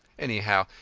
anyhow,